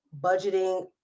budgeting